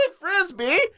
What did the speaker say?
Frisbee